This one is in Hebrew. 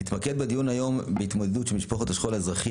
נתמקד היום בדיון בהתמודדות של משפחות השכול האזרחי